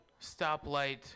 stoplight